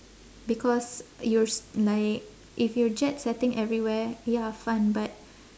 because you're s~ like if you're jet setting everywhere ya fun but